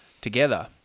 together